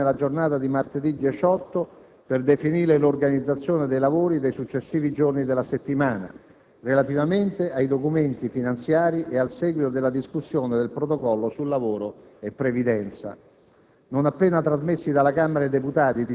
La Conferenza dei Capigruppo sarà convocata nella giornata di martedì 18 dicembre per definire l'organizzazione dei lavori dei successivi giorni della settimana, relativamente ai documenti finanziari e al seguito della discussione del Protocollo su lavoro e previdenza.